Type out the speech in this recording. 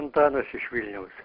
antanas iš vilniaus